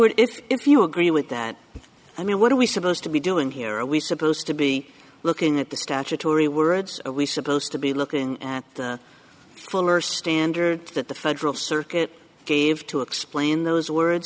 stewart if you agree with that i mean what are we supposed to be doing here are we supposed to be looking at the statutory words we supposed to be looking at the fuller standard that the federal circuit gave to explain those words